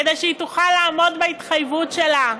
כדי שהיא תוכל לעמוד בהתחייבות שלה.